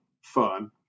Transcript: fun